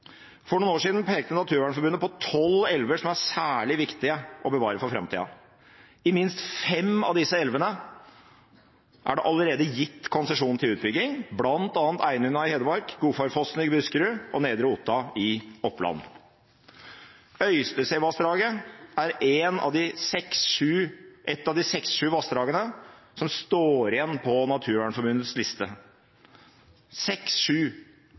For noen år siden pekte Naturvernforbundet på tolv elver som det er særlig viktig å bevare for framtida. I minst fem av disse elvene er det allerede gitt konsesjon til utbygging, bl.a. Einunna i Hedmark, Godfarfossen i Buskerud og Nedre Otta i Oppland. Øystesevassdraget er ett av de seks–sju vassdragene som står igjen på Naturvernforbundets liste